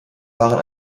waren